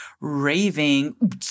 raving